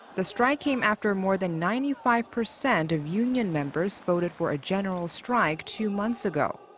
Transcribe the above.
the strike came after more than ninety five percent of union members voted for a general strike two months ago.